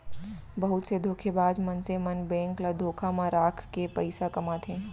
बहुत से धोखेबाज मनसे मन बेंक ल धोखा म राखके पइसा कमाथे